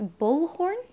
Bullhorn